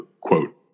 quote